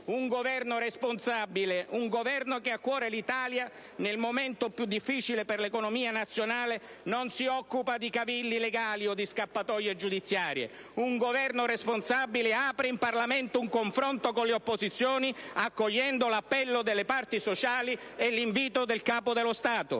Un Governo responsabile, un Governo che ha a cuore l'Italia, nel momento più difficile per l'economia nazionale, non si occupa di cavilli legali o di scappatoie giudiziarie! Un Governo responsabile apre in Parlamento un confronto con le opposizioni, accogliendo l'appello delle parti sociali e l'invito del Capo dello Stato!